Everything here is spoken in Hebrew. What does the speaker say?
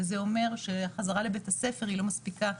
וזה אומר שהחזרה לבית הספר היא לא מספיקה.